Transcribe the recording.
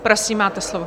Prosím, máte slovo.